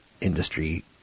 industry